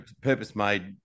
purpose-made